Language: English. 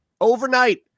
Overnight